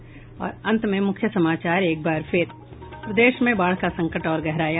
और अब अंत में मुख्य समाचार प्रदेश में बाढ़ का संकट और गहराया